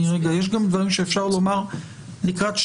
יש גם דברים שאפשר לומר לקראת הקריאה